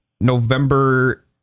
November